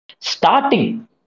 starting